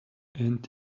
and